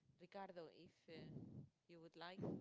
ricardo, if you would like,